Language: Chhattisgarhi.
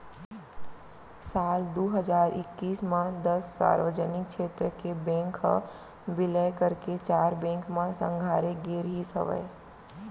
साल दू हजार एक्कीस म दस सार्वजनिक छेत्र के बेंक ह बिलय करके चार बेंक म संघारे गे रिहिस हवय